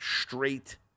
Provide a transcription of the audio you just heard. straight